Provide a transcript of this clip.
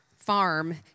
farm